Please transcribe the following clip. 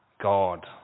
God